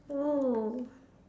oh